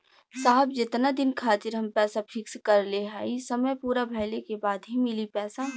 साहब जेतना दिन खातिर हम पैसा फिक्स करले हई समय पूरा भइले के बाद ही मिली पैसा?